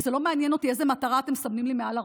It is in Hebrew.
וזה לא מעניין אותי איזו מטרה אתם מסמנים לי מעל הראש.